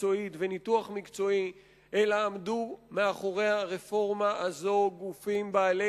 מקצועית וניתוח מקצועי אלא עמדו מאחורי הרפורמה הזו גופים בעלי